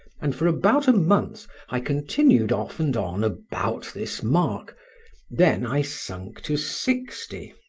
and for about a month i continued off and on about this mark then i sunk to sixty,